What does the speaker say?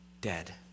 dead